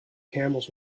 camels